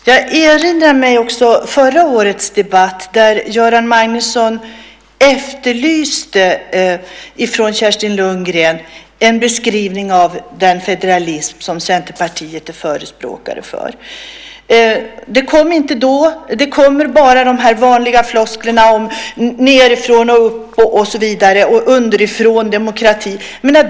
Herr talman! Jag erinrar mig förra årets debatt där Göran Magnusson efterlyste en beskrivning från Kerstin Lundgren av den federalism som Centerpartiet är förespråkare för. Den kom dock inte. Det enda som kommer är de vanliga flosklerna om nedifrån och upp och underifråndemokrati och så vidare.